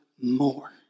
more